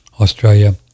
Australia